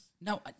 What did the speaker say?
No